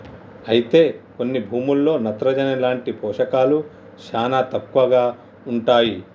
అయితే కొన్ని భూముల్లో నత్రజని లాంటి పోషకాలు శానా తక్కువగా ఉంటాయి